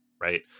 right